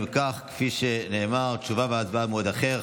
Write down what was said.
אם כך, כפי שנאמר, תשובה והצבעה במועד אחר.